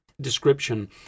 description